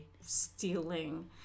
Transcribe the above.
stealing